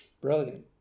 Brilliant